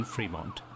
Fremont